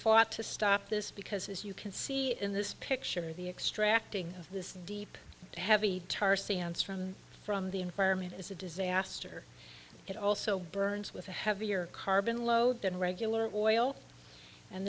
fought to stop this because as you can see in this picture the extracting of this deep heavy tar sands from from the environment is a disaster it also burns with a heavier carbon load than regular oil and